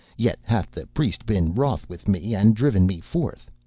yet hath the priest been wroth with me, and driven me forth.